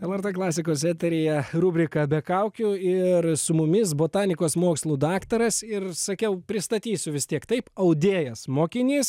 lrt klasikos eteryje rubrika be kaukių ir su mumis botanikos mokslų daktaras ir sakiau pristatysiu vis tiek taip audėjas mokinys